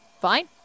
fine